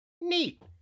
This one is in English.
Neat